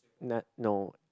nah no